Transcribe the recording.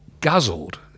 guzzled